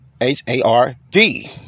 H-A-R-D